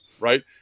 right